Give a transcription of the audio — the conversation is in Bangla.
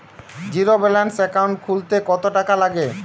জীরো ব্যালান্স একাউন্ট খুলতে কত টাকা লাগে?